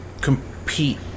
compete